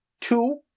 two